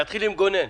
נתחיל עם גונן,